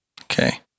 Okay